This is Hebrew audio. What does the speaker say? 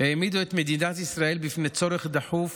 העמידו את מדינת ישראל בפני צורך דחוף